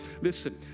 Listen